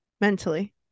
mentally